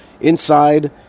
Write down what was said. inside